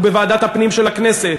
ובוועדת הפנים של הכנסת,